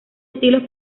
estilos